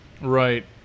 Right